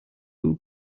who